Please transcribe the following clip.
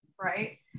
Right